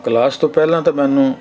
class ਤੋਂ ਪਹਿਲਾਂ ਤਾਂ ਮੈਨੂੰ